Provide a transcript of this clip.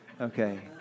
Okay